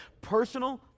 personal